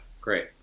great